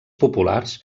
populars